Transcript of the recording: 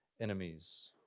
enemies